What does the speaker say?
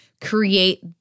create